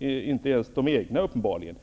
uppenbarligen inte ens de egna.